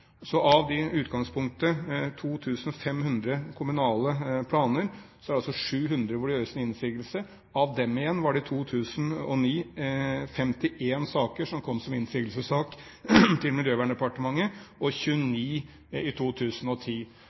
Så av utgangspunktet med 2 500 kommunale planer var det altså 700 hvor det ble gjort innsigelse. Av dem igjen var det i 2009 51 saker som kom som innsigelsessak til Miljøverndepartementet, og 29 i 2010.